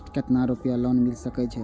केतना रूपया लोन मिल सके छै?